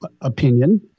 opinion